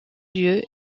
lieu